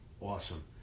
awesome